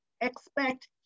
expect